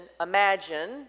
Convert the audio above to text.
imagine